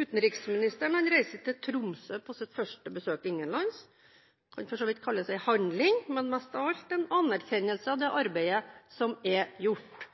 utenriksministeren reiser til Tromsø på sitt første besøk innenlands. Det kan for så vidt kalles en handling, men mest av alt en anerkjennelse av det arbeidet som er gjort.